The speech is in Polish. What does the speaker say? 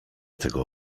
tego